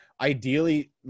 ideally